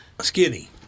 Skinny